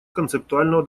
концептуального